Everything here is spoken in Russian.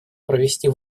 провести